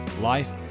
life